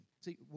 See